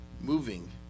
moving